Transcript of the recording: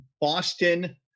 boston